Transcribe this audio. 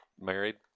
Married